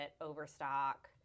overstock